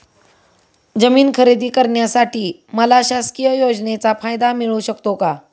जमीन खरेदी करण्यासाठी मला शासकीय योजनेचा फायदा मिळू शकतो का?